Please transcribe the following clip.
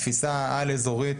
התפישה העל אזורית